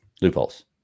Loopholes